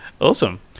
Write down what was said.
Awesome